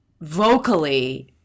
vocally